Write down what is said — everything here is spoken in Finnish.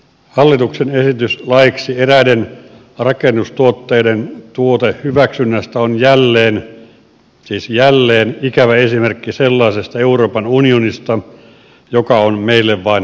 hallituksen esitys laiksi eräiden rakennustuotteiden tuotehyväksynnästä on jälleen siis jälleen ikävä esimerkki sellaisesta euroopan unionista joka on meille vain haitaksi